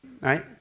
Right